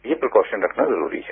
ये प्रिकॉशन रखना जरूरी है